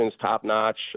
top-notch